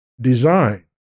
design